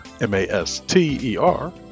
M-A-S-T-E-R